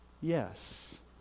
Yes